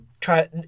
try